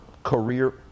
career